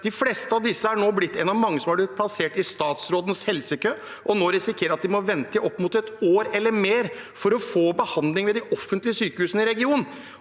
De fleste av disse er nå blitt blant de mange som er plassert i statsrådens helsekø, og som risikerer å måtte vente opp mot et år eller mer for å få behandling ved de of fentlige sykehusene i regionen.